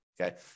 Okay